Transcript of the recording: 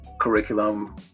curriculum